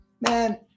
man